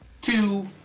two